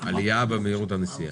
עלייה במהירות הנסיעה.